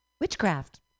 witchcraft